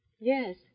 Yes